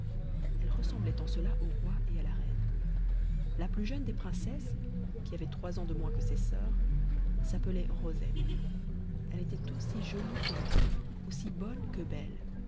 elles ressemblaient en cela au roi et à la reine la plus jeune des princesses qui avait trois ans de moins que ses soeurs s'appelait rosette elle était aussi jolie qu'aimable aussi bonne que belle